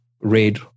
red